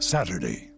Saturday